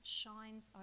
shines